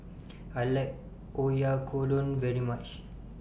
I like Oyakodon very much